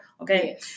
okay